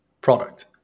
product